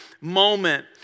moment